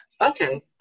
Okay